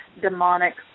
demonic